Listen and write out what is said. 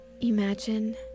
Imagine